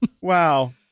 wow